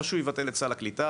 או שהוא יבטל את סל הקליטה,